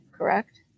Correct